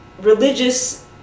religious